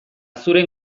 zure